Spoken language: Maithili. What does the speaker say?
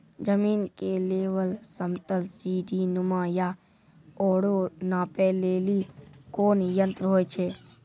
जमीन के लेवल समतल सीढी नुमा या औरो नापै लेली कोन यंत्र होय छै?